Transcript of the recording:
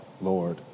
lord